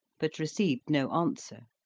but received no answer.